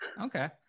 Okay